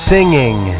Singing